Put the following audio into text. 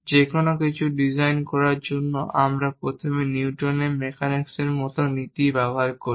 যেকোনো কিছু ডিজাইন করার জন্য আমরা প্রথমে নিউটন মেকানিক্সের মত নীতি ব্যবহার করি